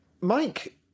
Mike